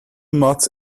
mat